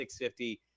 650